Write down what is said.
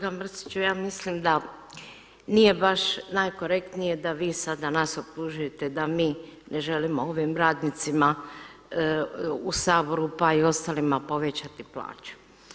Pa kolega Mrsiću ja mislim da nije baš najkorektnije da vi sada nas optužujete da mi ne želimo ovim radnicima u Saboru pa i ostalima povećati plaću.